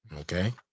Okay